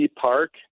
park